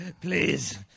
Please